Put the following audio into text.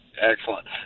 Excellent